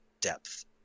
depth